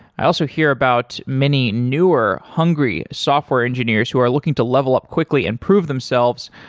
i also hear about many newer, hungry software engineers who are looking to level up quickly and prove themselves